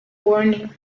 warning